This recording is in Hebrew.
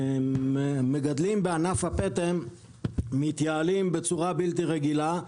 המגדלים בענף הפטם מתייעלים בצורה בלתי רגילה,